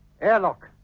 Airlock